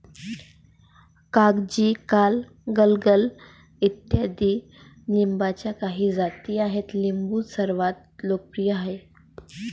कागजी, काला, गलगल इत्यादी लिंबाच्या काही जाती आहेत लिंबू सर्वात लोकप्रिय आहे